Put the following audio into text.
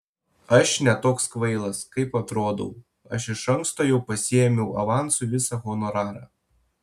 aš ne toks kvailas kaip atrodau aš iš anksto jau pasiėmiau avansu visą honorarą